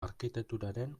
arkitekturaren